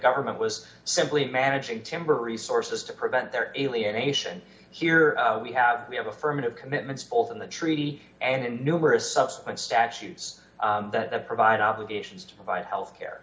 government was simply managing timber resources to prevent their alienation here we have we have affirmative commitments both in the treaty and numerous subsequent statues that provide obligations to provide health care